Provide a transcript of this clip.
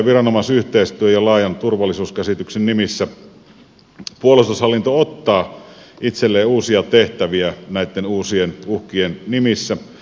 viranomaisyhteistyön ja laajan turvallisuuskäsityksen nimissä puolustushallinto ottaa itselleen uusia tehtäviä näitten uusien uhkien nimissä